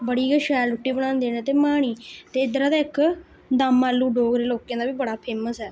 बड़ी गै शैल रूटी बनांदे न ते माह्नी ते इद्धरा दा इक दमआलू डोगरें लोकें दा बी बड़ा फेमस ऐ